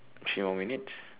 few more minutes